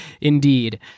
Indeed